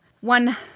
one